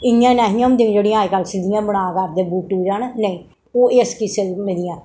इयां नेहियां होंदियां जियां अज्जकल बना करदे बूटू जन नेईं ओह् इस किस्म दियां